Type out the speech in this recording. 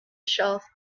shelf